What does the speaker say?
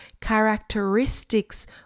characteristics